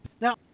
Now